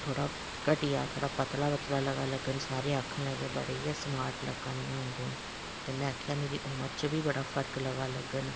थोह्ड़ा घट्टी गेआ थोह्ड़ा पतला पतला लगा लग्गन सारे लगे आखन बड़ी गै स्मार्ट लग्गा नी ऐं हून तूं ते में आखेआ मेरी उमर च बी बड़ा फर्क लगा लग्गन